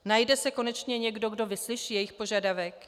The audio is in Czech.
Najde se konečně někdo, kdo vyslyší jejich požadavek?